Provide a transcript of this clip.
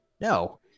No